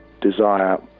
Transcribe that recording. desire